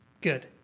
Good